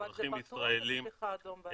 אזרחים ישראלים -- אבל זה --- אדום לאדום.